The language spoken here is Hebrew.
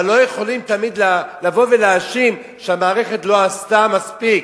אבל לא יכולים תמיד לבוא ולהאשים שהמערכת לא עשתה מספיק.